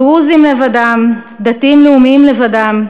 דרוזים לבדם, דתיים-לאומיים לבדם,